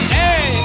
hey